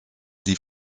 die